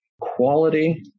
quality